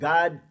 God